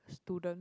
student